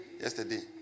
yesterday